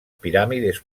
piràmides